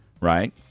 Right